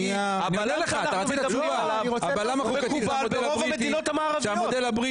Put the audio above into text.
זה מקובל ברוב המדינות המערביות.